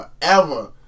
forever